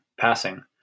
passing